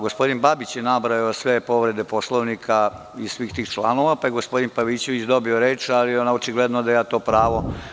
Gospodin Babić je nabrojao sve povrede Poslovnika iz svih tih članova, pa je gospodin Pavićević dobio reč, ali očigledno da ja to pravo